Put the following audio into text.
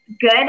good